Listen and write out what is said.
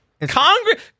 Congress